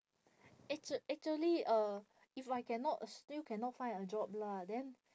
actual~ actually uh if I cannot still cannot find a job lah then